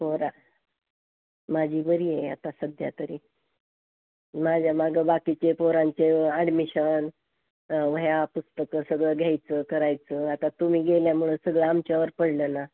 पोरं माझी बरी आहे आता सध्या तरी माझ्या मागं बाकीचे पोरांचे ॲडमिशन वह्या पुस्तकं सगळं घ्यायचं करायचं आता तुम्ही गेल्यामुळं सगळं आमच्यावर पडलं ना